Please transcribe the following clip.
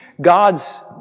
God's